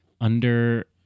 under-